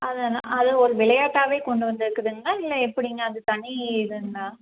அதெல்லாம் அது ஒரு விளையாட்டாகவே கொண்டு வந்து இருக்குதுங்களா இல்லை எப்படிங்க அது தனி இதுன்னால்